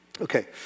Okay